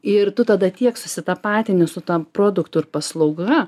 ir tu tada tiek susitapatini su ta produktu ir paslauga